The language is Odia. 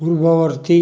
ପୂର୍ବବର୍ତ୍ତୀ